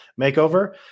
makeover